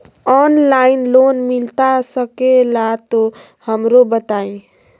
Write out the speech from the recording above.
Online loan मिलता सके ला तो हमरो बताई?